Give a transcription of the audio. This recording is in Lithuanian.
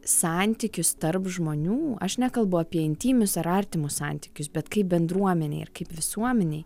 santykius tarp žmonių aš nekalbu apie intymius ar artimus santykius bet kaip bendruomenei ir kaip visuomenei